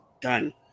done